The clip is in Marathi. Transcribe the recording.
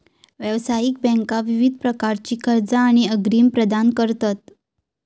व्यावसायिक बँका विविध प्रकारची कर्जा आणि अग्रिम प्रदान करतत